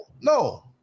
no